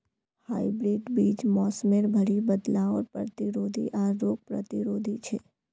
hybrid बीज मोसमेर भरी बदलावर प्रतिरोधी आर रोग प्रतिरोधी छे